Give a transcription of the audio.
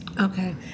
Okay